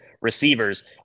receivers